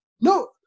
No